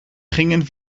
gingen